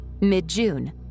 mid-June